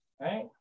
Right